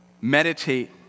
meditate